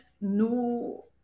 no